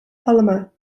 polymer